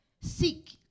Seek